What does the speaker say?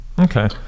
okay